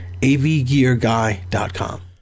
avgearguy.com